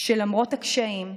שלמרות הקשיים והאי-שוויון,